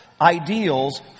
ideals